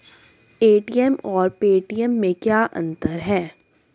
ATM और Paytm में क्या अंतर है?